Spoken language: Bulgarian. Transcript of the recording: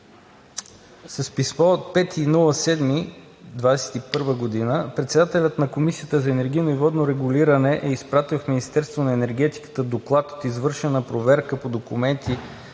С писмо от 5 юли 2021 г. председателят на Комисията за енергийно и водно регулиране е изпратил в Министерството на енергетиката доклад от извършена проверка по документи